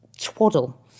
twaddle